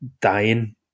dying